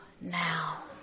now